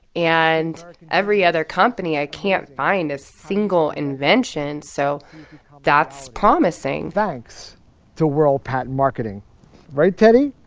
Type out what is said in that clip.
and every other company, i can't find a single invention. so that's promising thanks to world patent marketing right, teddy?